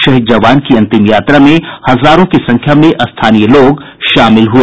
शहीद जवान की अंतिम यात्रा में हजारों की संख्या में स्थानीय लोग शामिल हुए